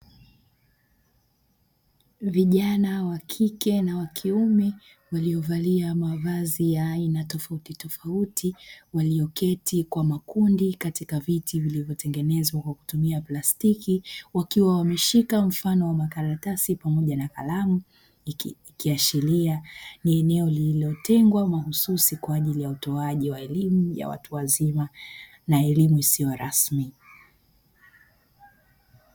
Vijana wa kike na wa kiume waliovalia mavazi tofautitofauti walioketi kwa makundi katika viti vilivyotengenezwa kwa kutumia plastiki, wakiwa wameshika karatasi pamoja na kalamu, ikiashiria ni eneo lililotengwa mahususi kwa ajili ya elimu ya watu wazima na elimu isiyo rasmi.